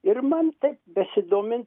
ir man taip besidomint